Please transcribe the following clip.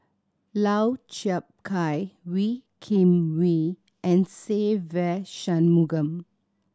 Lau Chiap Khai Wee Kim Wee and Se Ve Shanmugam